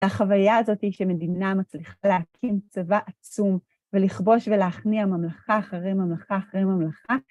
החוויה הזאת היא שמדינה מצליחה להקים צבא עצום ולכבוש ולהכניע ממלכה אחרי ממלכה אחרי ממלכה.